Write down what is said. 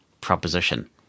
proposition